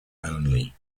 only